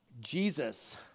Jesus